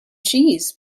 cheese